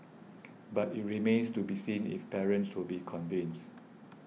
but it remains to be seen if parents to be convinced